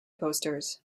posters